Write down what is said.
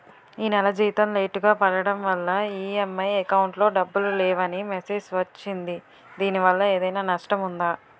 ఈ నెల జీతం లేటుగా పడటం వల్ల ఇ.ఎం.ఐ అకౌంట్ లో డబ్బులు లేవని మెసేజ్ వచ్చిందిదీనివల్ల ఏదైనా నష్టం ఉందా?